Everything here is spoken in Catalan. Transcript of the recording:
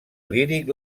líric